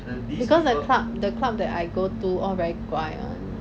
because the club the club that I go to all very 乖 [one]